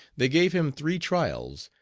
they gave him three trials,